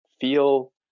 feel